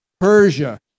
Persia